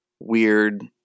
Weird